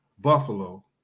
Buffalo